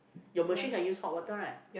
your machine can use hot water right